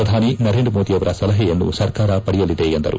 ಶ್ರಧಾನಿ ನರೇಂದ್ರ ಮೋದಿಯವರ ಸಲಹೆಯನ್ನೂ ಸರ್ಕಾರ ಪಡೆಯಲಿದೆ ಎಂದರು